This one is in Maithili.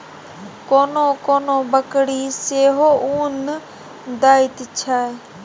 कोनो कोनो बकरी सेहो उन दैत छै